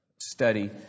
study